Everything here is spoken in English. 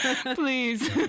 Please